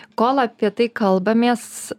kol apie tai kalbamės